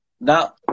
now